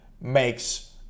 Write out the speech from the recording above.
makes